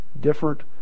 different